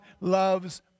loves